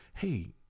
Hey